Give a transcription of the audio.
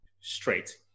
straight